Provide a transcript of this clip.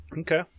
Okay